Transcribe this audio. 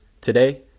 Today